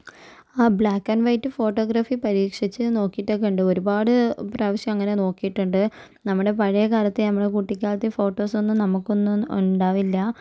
ആ black and white photography പരിക്ഷീച്ച് നോക്കിയിട്ടൊക്കെയുണ്ട് ഒരുപാട് പ്രാവശ്യം അങ്ങനെ നോക്കിയിട്ടുണ്ട് നമ്മുടെ പഴയ കാലത്തെ നമ്മള് കുട്ടിക്കാലാത്തെ ഫോട്ടോസൊന്നും നമുക്കൊന്നും ഉണ്ടാവില്ല